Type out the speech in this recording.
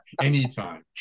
anytime